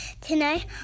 Tonight